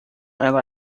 ela